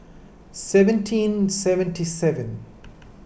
seventeen seventy seven